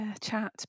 chat